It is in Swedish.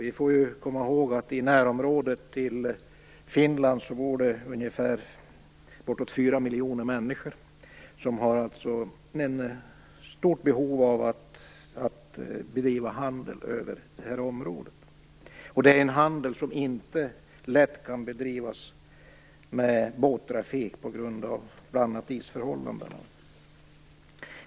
Vi får komma ihåg att det i Finlands närområde bor bortåt 4 miljoner människor, som har ett stort behov av att bedriva handel över det här området. Det är en handel som inte lätt kan bedrivas med båttrafik, bl.a. på grund av isförhållandena.